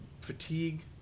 fatigue